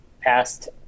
past